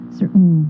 certain